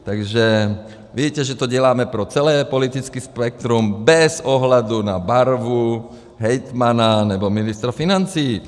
Takže víte, že to děláme pro celé politické spektrum bez ohledu na barvu hejtmana nebo ministra financí.